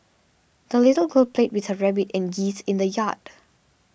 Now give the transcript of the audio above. the little girl played with her rabbit and geese in the yard